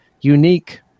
unique